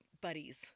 buddies